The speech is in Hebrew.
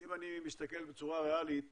אם אני מסתכל בצורה ריאלית